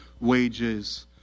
wages